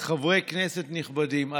חברי כנסת נכבדים,